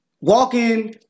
walk-in